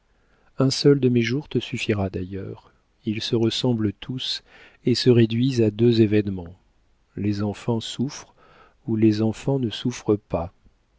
un seul de mes jours te suffira d'ailleurs ils se ressemblent tous et se réduisent à deux événements les enfants souffrent ou les enfants ne souffrent pas